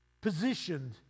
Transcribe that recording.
positioned